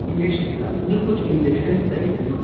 انجکش مجھے کچھ انجکشن بھی چاہیے تھے